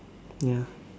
ya